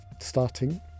starting